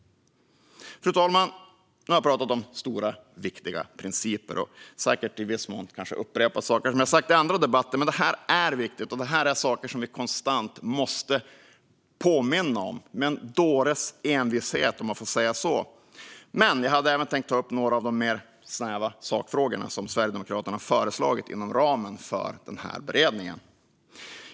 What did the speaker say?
Fru talman! Nu har jag pratat om stora, viktiga principer och säkert i viss mån upprepat saker som jag sagt i andra debatter. Men det här är viktigt, och det här är saker som vi konstant måste påminna om med en dåres envishet, om man får säga så. Men jag hade även tänkt ta upp några av de mer snäva sakfrågorna som Sverigedemokraterna har föreslagit inom ramen för den här beredningen.